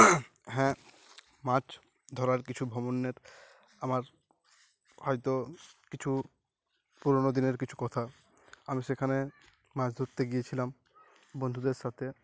হ্যাঁ মাছ ধরার কিছু ভ্রমণের আমার হয়তো কিছু পুরোনো দিনের কিছু কথা আমি সেখানে মাছ ধরতে গিয়েছিলাম বন্ধুদের সাথে